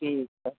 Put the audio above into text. جی سر